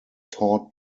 taught